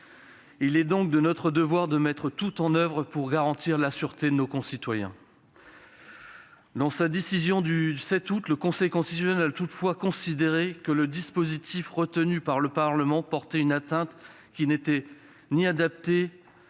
Il est donc de notre devoir de mettre tout en oeuvre pour garantir la sûreté de nos concitoyens. Dans sa décision du 7 août dernier, le Conseil constitutionnel a toutefois considéré que le dispositif retenu par le Parlement portait une atteinte qui n'était ni adaptée